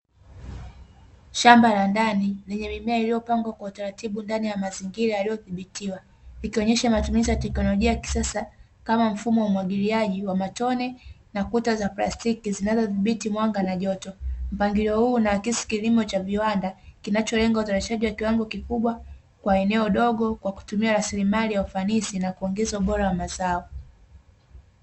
Shamba la ndani, lenye mimea iliyopandwa kwa utaratibu ndani ya mazingira yaliyozibitiwa, ikionyesha mfumo wa kisasa wa umwagiliaji wa matone na kuweka plastiki zinazozibiti mwanga na joto. Mpangilio huu unaakisi kilimo cha viwanda, kinacholenga uzalishaji mkubwa kwa eneo dogo, kwa kutumia rasilimali ya ufanisi na kuongeza ubora wa mazao.